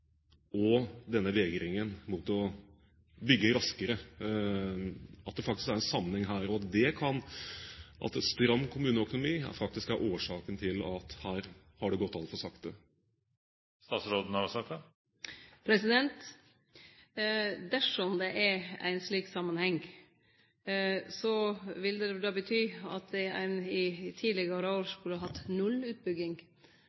og denne vegringen mot å bygge raskere? Kan en stram kommuneøkonomi faktisk være årsaken til at det har gått altfor sakte? Dersom det er ein slik samanheng, vil det bety at ein i tidlegare år